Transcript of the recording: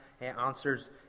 answers